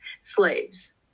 slaves